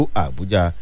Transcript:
abuja